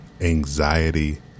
anxiety